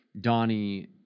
Donnie